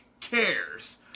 cares